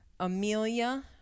Amelia